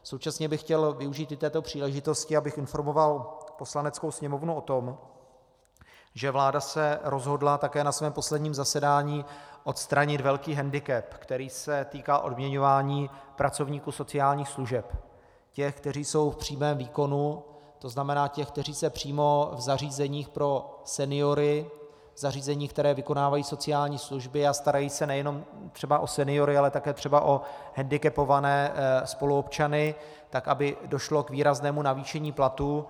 Současně bych chtěl využít i této příležitosti, abych informoval Poslaneckou sněmovnu o tom, že vláda se rozhodla také na svém posledním zasedání odstranit velký hendikep, který se týká odměňování pracovníků sociálních služeb, těch, kteří jsou v přímém výkonu, to znamená těch, kteří se přímo v zařízeních pro seniory, v zařízeních, která vykonávají sociální služby a starají se třeba nejenom o seniory, ale také o hendikepované spoluobčany, a to aby došlo k výraznému navýšení platů.